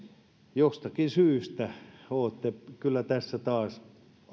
jostakin syystä olette kyllä tässä taas